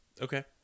Okay